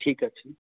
ঠিক আছে